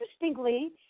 Interestingly